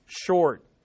Short